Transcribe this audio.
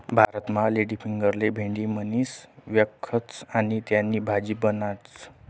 भारतमा लेडीफिंगरले भेंडी म्हणीसण व्यकखतस आणि त्यानी भाजी बनाडतस